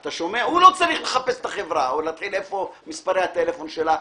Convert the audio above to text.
הוא לא צריך לחפש את החברה ואיפה מספרי הטלפון שלה,